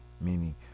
meaning